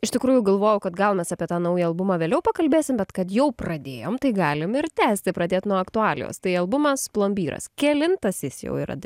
iš tikrųjų galvojau kad gal mes apie tą naują albumą vėliau pakalbėsim bet kad jau pradėjom tai galim ir tęsti pradėt nuo aktualijos tai albumas plombyras kelintas jis jau yra